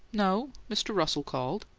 no. mr. russell called.